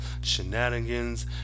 shenanigans